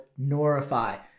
Norify